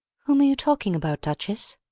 whom are you talking about, duchess?